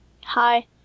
hi